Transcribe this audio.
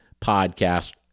podcast